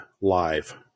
live